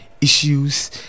issues